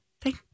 Thank